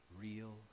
Real